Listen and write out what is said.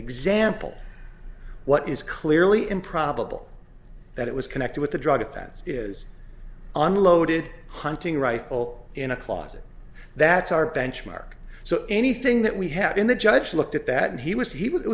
example what is clearly improbable that it was connected with the drug that is unloaded hunting rifle in a closet that's our benchmark so anything that we have in the judge looked at that and he was he